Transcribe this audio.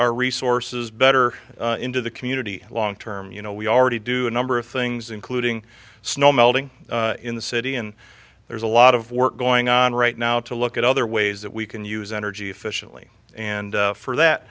our resources better into the community long term you know we already do a number of things including snow melting in the city and there's a lot of work going on right now to look at other ways that we can use energy efficiently and for that